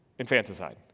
infanticide